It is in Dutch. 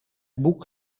boek